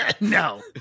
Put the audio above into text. No